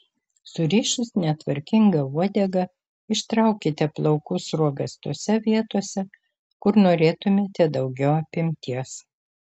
surišus netvarkingą uodegą ištraukite plaukų sruogas tose vietose kur norėtumėte daugiau apimties